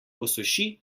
posuši